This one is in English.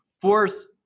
force